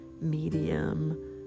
Medium